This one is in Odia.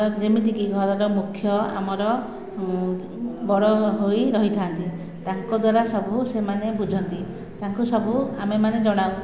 ଯେମିତିକି ଘରର ମୁଖ୍ୟ ଆମର ବଡ଼ ହୋଇ ରହିଥାନ୍ତି ତାଙ୍କ ଦ୍ୱାରା ସବୁ ସେମାନେ ବୁଝନ୍ତି ତାଙ୍କୁ ସବୁ ଆମେ ମାନେ ଜଣାଉ